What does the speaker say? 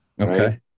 okay